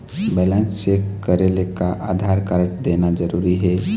Balance check करेले का Aadhaar card देना जरूरी हे?